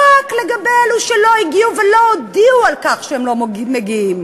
רק לגבי אלו שלא הגיעו ולא הודיעו שהם לא מגיעים.